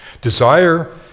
Desire